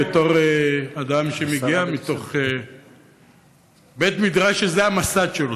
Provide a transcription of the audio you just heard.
בתור אדם שמגיע מתוך בית מדרש שזה המסד שלו,